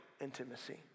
intimacy